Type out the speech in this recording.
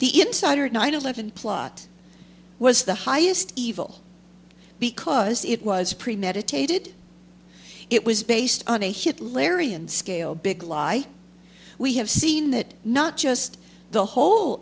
the insider nine eleven plot was the highest evil because it was premeditated it was based on a hit larry and scale big lie we have seen that not just the whole